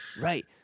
Right